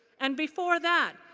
and before that,